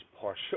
partial